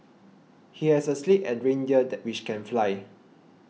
he has a sleigh and reindeer that which can fly